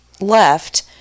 left